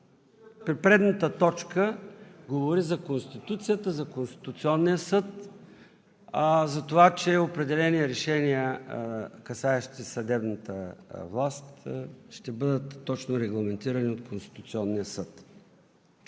при предната точка говори за Конституцията, за Конституционния съд, за това, че определени решения, касаещи съдебната власт, ще бъдат точно регламентирани от Конституционния съд.